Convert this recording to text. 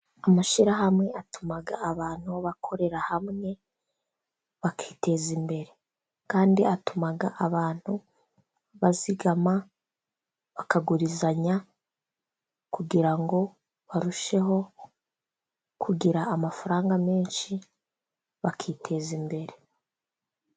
Amashirahamwe atuma abantu bakorera hamwe, bakiteza imbere, kandi atuma abantu bazigama bakagurizanya kugira ngo barusheho kugira amafaranga menshi bakiteza imbere.